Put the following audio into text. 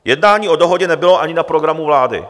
Jednání o dohodě nebylo ani na programu vlády.